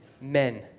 men